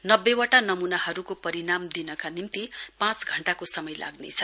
नब्बेवटा नमूनाहरूको परिणाम दिनका निम्ति पाँच घण्टाको समय लाग्नेछ